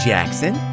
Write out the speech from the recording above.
Jackson